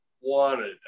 wanted